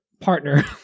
partner